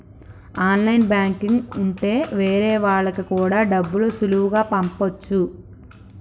online banking ఉంటె వేరే వాళ్ళకి కూడా డబ్బులు సులువుగా పంపచ్చు